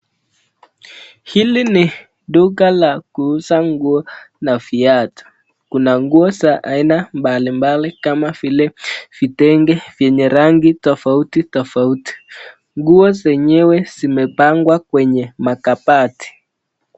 Hili ni duka la kuuza nguo na viatu, kuna nguo za aina mbalimbali kama vile vitenge vyenye rangi tofauti tofauti. Nguo zenyewe zimepangwa kwenye makabati.